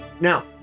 now